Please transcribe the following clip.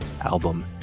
album